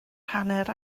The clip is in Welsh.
hanner